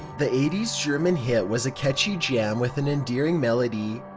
the eighty s german hit was a catchy jam with an endearing melody,